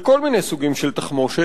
בכל מיני סוגים של תחמושת.